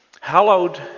Hallowed